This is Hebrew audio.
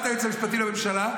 למוחרת היועץ המשפטי לממשלה.